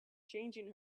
changing